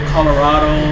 Colorado